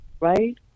right